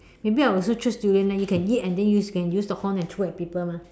maybe I also choose durian leh you can eat and then you can use the horn and throw at people mah